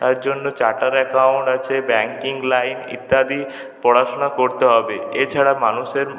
তারজন্য chartered account আছে banking line ইত্যাদি পড়াশুনা করতে হবে এছাড়া মানুষের